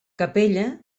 capella